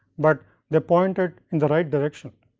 but they pointed in the right direction.